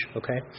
okay